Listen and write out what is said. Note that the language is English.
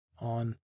on